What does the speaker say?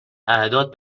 اعداد